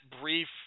brief